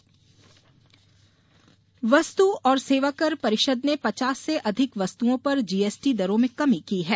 GST बैठक वस्तु और सेवाकर परिषद ने पचास से अधिक वस्तुओं पर जीएसटी दरों में कमी की है